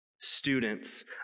students